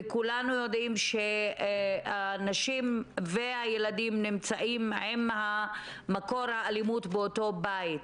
וכולנו יודעים שהנשים והילדים נמצאים עם מקור האלימות באותו בית.